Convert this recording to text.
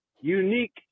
unique